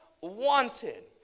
wanted